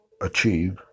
achieve